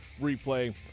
replay